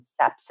sepsis